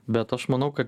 bet aš manau kad